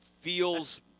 feels